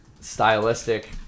stylistic